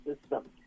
system